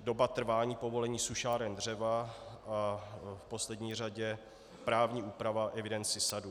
doba trvání povolení sušáren dřeva a v poslední řadě právní úprava evidence sadů.